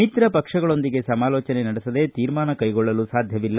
ಮಿತ್ರಪಕ್ಷಗಳೊಂದಿಗೆ ಸಮಾಲೋಚನೆ ನಡೆಸದೆ ತೀರ್ಮಾನ ಕೈಗೊಳ್ಳಲು ಸಾಧ್ಯವಿಲ್ಲ